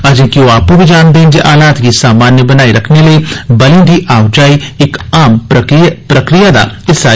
अजें कि ओ आपूं बी जानदे न ते हालात गी सामान्य बनाई रखने लेई बलें दी आओजाई इक आम प्रक्रिया दा हिस्सा ऐ